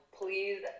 please